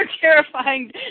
terrifying